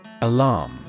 Alarm